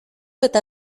eta